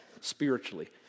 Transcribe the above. spiritually